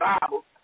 Bible